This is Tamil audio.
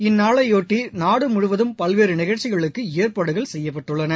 இந்நாளையொட்டி நாடு முழுவதும் பல்வேறு நிகழ்ச்சிகளுக்கு ஏற்பாடுகள் செய்யப்பட்டுள்ளன